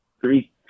three